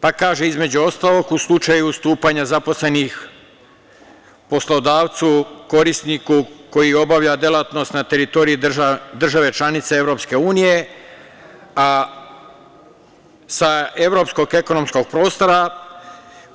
Pa kaže, između ostalog, u slučaju ustupanja zaposlenih poslodavcu korisniku koji obavlja delatnost na teritoriji države članice EU, a sa evropskog ekonomskog prostora,